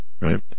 right